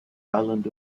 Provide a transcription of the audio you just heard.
island